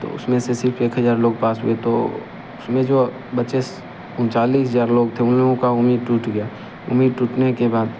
तो उसमें से सिर्फ एक हजार लोग पास हुए तो उसमें जो बचे स उनतालीस हजार लोग थे उन लोग का उम्मीद टूट गया उम्मीद टूटने के बाद